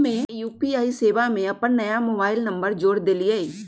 हम्मे यू.पी.आई सेवा में अपन नया मोबाइल नंबर जोड़ देलीयी